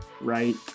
Right